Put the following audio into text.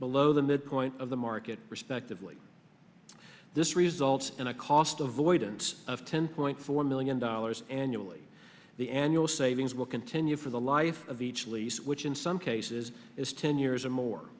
below the midpoint of the market respectively this results in a cost avoidance of ten point four million dollars annually the annual savings will continue for the life of each lease which in some cases is ten years or more